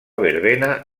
verbena